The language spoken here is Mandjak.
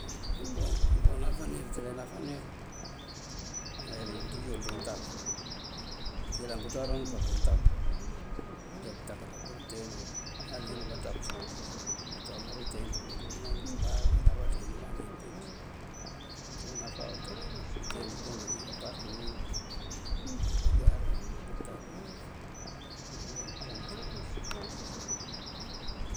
Unkoo náfanir, náfanir mëënţíj uwël ţí untáb ţí këëyëlan pëëncoran umpaţ dí untab. Unjá bëëtákáala núurënteen uwël. Ŋal ind bá ţáfal sá ndëënţúwa koonteen uwel dúunonţëntël áa náalabaţee nëëmaŋ keempíinţ. Uncíwun náfá utele. Këënten ngënko ngáanjee ngëëmpar ţí umundu, unjúngar wí, wumpëntáar uwí na ngëloŋ ngënko ngëëncumal.